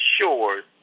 shores